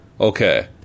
Okay